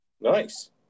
Nice